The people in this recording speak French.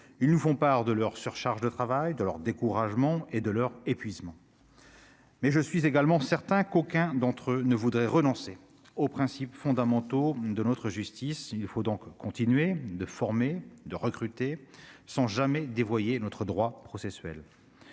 ils nous font part de leur surcharge de travail, de leur découragement et de leur épuisement. Je suis certain, toutefois, qu'aucun d'entre eux ne voudrait renoncer aux principes fondamentaux de notre justice. Nous devons donc continuer à former et à recruter, sans jamais dévoyer notre droit processuel.